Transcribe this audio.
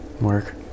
Work